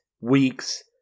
week's